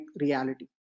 reality